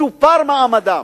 שופר מעמדם.